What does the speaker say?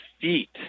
feet